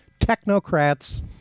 technocrats